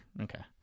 okay